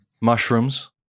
Mushrooms